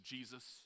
Jesus